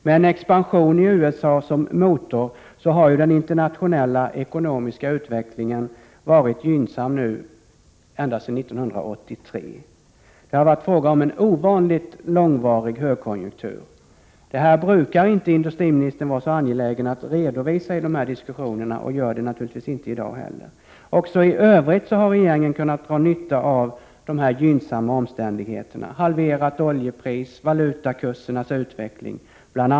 Med en expansion i USA som motor har den internationella ekonomiska utvecklingen varit gynnsam ända sedan 1983. Det har varit fråga om en ovanligt långvarig högkonjunktur. Detta brukar inte industriministern vara så angelägen att redovisa i de här diskussionerna, och han gör det naturligtvis inte i dag heller. Också i övrigt har regeringen kunnat dra nytta av de här gynnsamma omständigheterna, bl.a. halverat oljepris och valutakursernas utveckling.